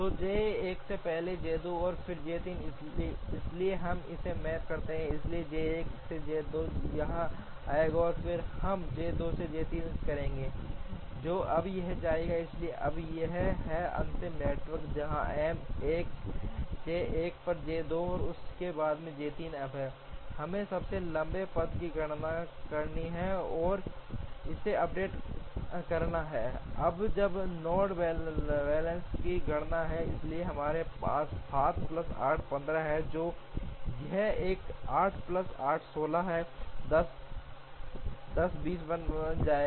तो J 1 पहले J 2 और फिर J 3 इसलिए हम इसे मैप करते हैं इसलिए J 1 से J 2 यहां आएंगे और फिर हम J 2 से J 3 करेंगे जो अब यहां आएगा इसलिए अब यह है अंतिम नेटवर्क जहाँ M 1 J 1 पर J 2 और उसके बाद J 3 अब है हमें सबसे लंबे पथ की गणना करनी है और इसे अपडेट करना है अब हम नोड लेबल्स की गणना करते हैं इसलिए हमारे पास 7 plus 8 15 हैं और यह एक 8 प्लस 8 16 प्लस 10 26 बन जाएगा